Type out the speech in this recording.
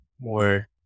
more